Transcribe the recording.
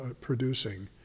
producing